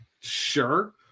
sure